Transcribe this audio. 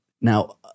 Now